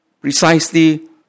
precisely